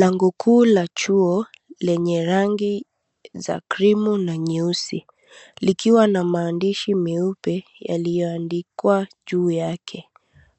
Lango kuu la chuo, lenye rangi za krimu na nyeusi. Likiwa na maandishi meupe yaliyoandikwa juu yake.